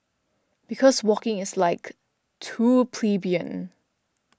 because walking is like too plebeian